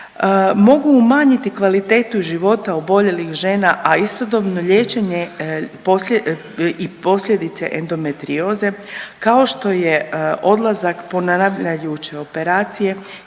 mogu umanjiti kvalitetu života oboljelih žena, a istodobno liječenje i posljedice endometrioze kao što je odlazak na ponavljajuće operacije